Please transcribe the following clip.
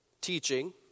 teaching